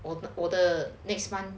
我的我的 next month